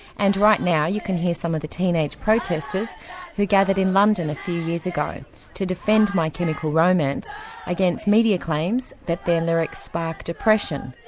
and right now you can her some of the teenage protesters who gathered in london a few years ago to defend my clinical romance against media claims that their lyrics sparked depression,